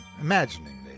imagining